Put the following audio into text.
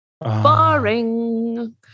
Boring